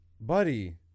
Buddy